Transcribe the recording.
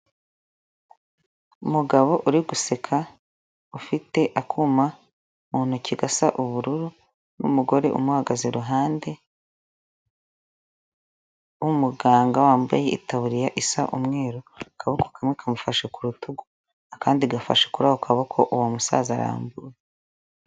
Umugabo uri guseka ufite akuma mu ntoki gasa ubururu n'umugore umuhagaze iruhande w'umuganga wambaye itaburiya isa umweru, akaboko kamwe kamufashe ku rutugu akandi gafashe kuri ako akaboko uwo musaza arambuye.